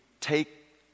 take